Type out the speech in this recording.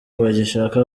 bagishaka